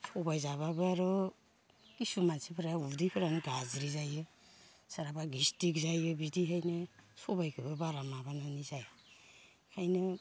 सबाय जाब्लाबो आर' किसु मानसिफोरा उदैफोरानो गाज्रि जायो सोरहाबा गेस्ट्रिक जायो बिदिहायनो सबायखोबो बारा माबानानै जाया इखायनो